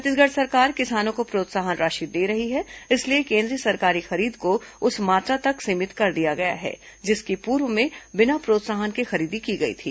छत्तीसगढ़ सरकार किसानों को प्रोत्साहन राशि दे रही है इसलिए केंद्रीय सरकारी खरीद को उस मात्रा तक सीमित कर दिया गया है जिसकी पूर्व में बिना प्रोत्साहन के खरीदी की गई थी